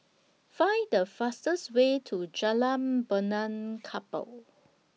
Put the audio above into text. Find The fastest Way to Jalan Benaan Kapal